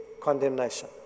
condemnation